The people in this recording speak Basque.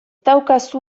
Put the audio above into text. daukazu